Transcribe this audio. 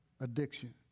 Addiction